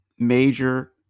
major